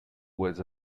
was